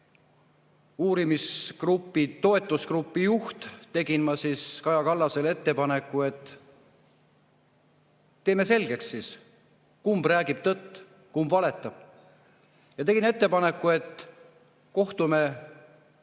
uurimise toetusgrupi juht, tegin ma Kaja Kallasele ettepaneku, et teeme selgeks, kumb räägib tõtt, kumb valetab. Ma tegin ettepaneku, et kohtume